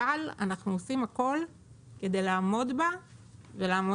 אבל אנחנו עושים הכל כדי לעמוד בה בהצלחה.